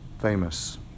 famous